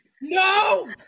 No